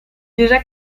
déjà